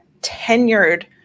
tenured